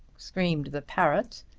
screamed the parrot.